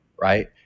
right